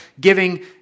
Giving